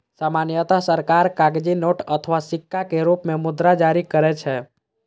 सामान्यतः सरकार कागजी नोट अथवा सिक्का के रूप मे मुद्रा जारी करै छै